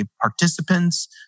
participants